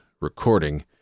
recording